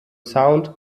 sound